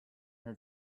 her